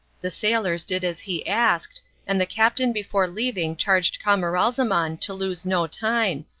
the sailors did as he asked, and the captain before leaving charged camaralzaman to lose no time,